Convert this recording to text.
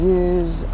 use